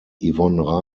yvonne